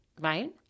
right